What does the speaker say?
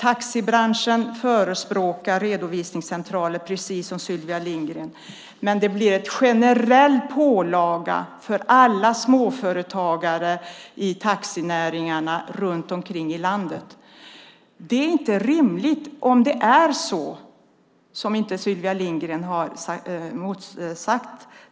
taxibranschen förespråkar redovisningscentraler, precis som Sylvia Lindgren. Det blir en generell pålaga för alla småföretagare i taxinäringen runt omkring i landet, och det är inte rimligt. Sylvia Lindgren inte har sagt något annat.